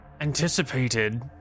anticipated